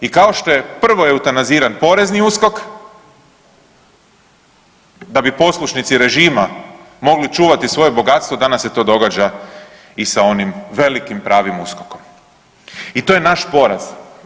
I kao što je prvo eutanaziran porezni USKOK da bi poslušnici režima mogli čuvati svoje bogatstvo, danas se to događa i sa onim velikim pravim USKOK-om i to je naš poraz.